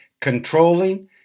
controlling